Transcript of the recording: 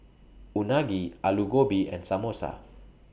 Unagi Alu Gobi and Samosa